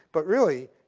but really,